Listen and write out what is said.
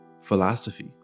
philosophy